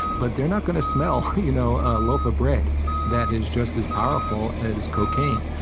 but they're not going to smell you know a loaf of bread that is just as powerful as cocaine.